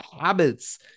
habits